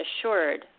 assured